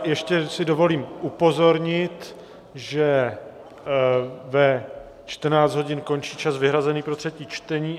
Ještě si dovolím upozornit, že ve 14 hodin končí čas vyhrazený pro třetí čtení.